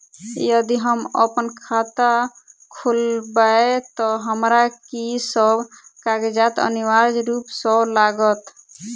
यदि हम अप्पन खाता खोलेबै तऽ हमरा की सब कागजात अनिवार्य रूप सँ लागत?